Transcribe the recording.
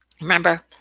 Remember